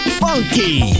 funky